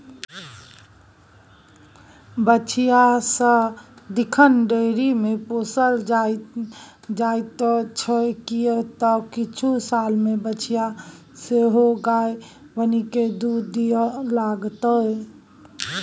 बछिया सदिखन डेयरीमे पोसल जाइत छै किएक तँ किछु सालमे बछिया सेहो गाय बनिकए दूध दिअ लागतै